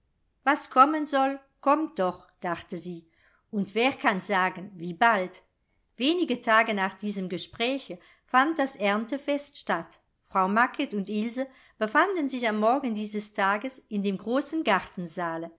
was kommen soll kommt doch dachte sie und wer kann sagen wie bald wenige tage nach diesem gespräche fand das erntefest statt frau macket und ilse befanden sich am morgen dieses tages in dem großen